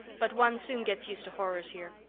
but one soon gets used to horrors here.